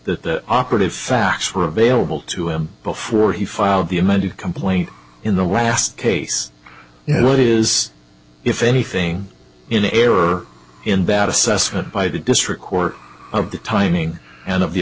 that operative facts were available to him before he filed the amended complaint in the last case yet what is if anything in error in that assessment by the district court of the timing and of the